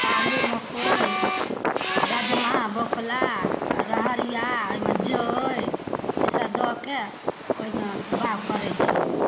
आलू मकइ आओर राजमा बौकला रहरिआ ओहिमे जइ ईसब दैके ओहिमे बाउग करै छिए